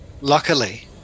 luckily